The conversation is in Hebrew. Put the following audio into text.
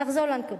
נחזור לנקודה.